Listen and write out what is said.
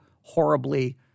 horribly